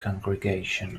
congregation